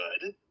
good